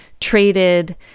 traded